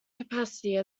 capacity